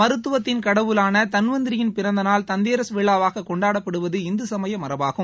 மருந்துவத்தின் கடவுளான தன்வந்தியின் பிறந்த நாள் தந்தேராஸ் விழாவாக கொண்டாடப்படுவது இந்து சமய மரபாகும்